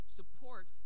support